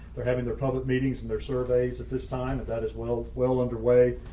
they're having their public meetings and their surveys at this time. and that is well, well underway.